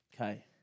Okay